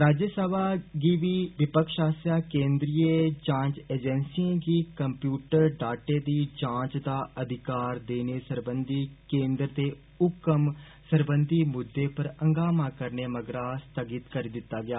राज्य सभा गी बी विपक्ष आस्सेआ केन्द्रीय जांच एजेंसिएं गी कप्पूटर डाटे दी जांच दा अधिकार देने सरबंधी केन्द्र दे हुक्म सरबंधी मुद्दे पर हंगामे करने मगरा स्थगित करी दिता गेआ